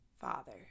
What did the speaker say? father